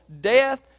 death